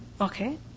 Okay